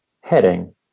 heading